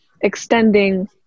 extending